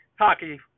hockey